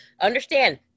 understand